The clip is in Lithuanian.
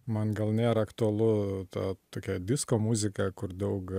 man gal nėra aktualu ta tokia disko muzika kur daug